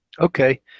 Okay